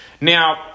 Now